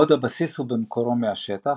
בעוד הבסיס הוא במקורו מהשטח,